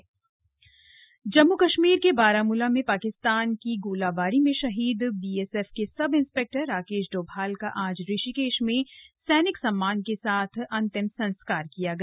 शहीद अंत्येष्टि जम्मू कश्मीर के बारामुला में पाकिस्तान की गोलीबारी में शहीद बीएसएफ के सब इंस्पेक्टर राकेश डोभाल का आज ऋषिकेश में सैनिक सम्मान के साथ अंतिम संस्कार किया गया